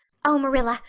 oh, marilla,